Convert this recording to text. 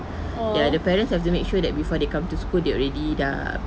ya the parents have to make sure that before they come to school they already dah